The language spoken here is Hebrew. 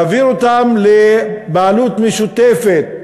להעביר אותם לבעלות משותפת,